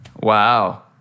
Wow